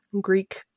Greek